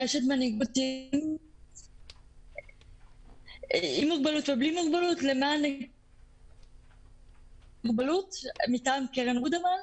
רשת מנהיגות --- עם מוגבלות ובלי מוגבלות למען --- מטען קרן רודרמן.